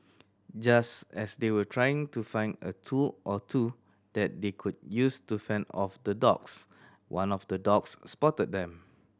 just as they were trying to find a tool or two that they could use to fend off the dogs one of the dogs spotted them